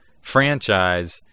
franchise